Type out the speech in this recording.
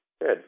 Good